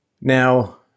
Now